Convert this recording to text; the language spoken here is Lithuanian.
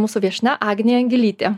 mūsų viešnia agnė gilytė